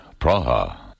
Praha